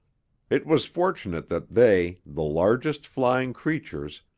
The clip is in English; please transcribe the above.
it was fortunate that they, the largest flying creatures,